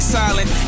silent